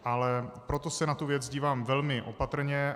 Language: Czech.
Ale proto se na tu věc dívám velmi opatrně.